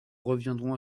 reviendrons